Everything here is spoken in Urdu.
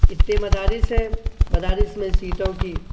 اتے مدارس ہیں مدارس میں سیٹوں کی